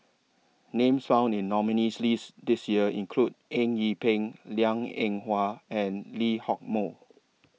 Names found in nominees' list This Year include Eng Yee Peng Liang Eng Hwa and Lee Hock Moh